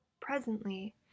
presently